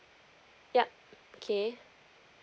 yup k